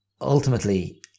ultimately